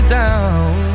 down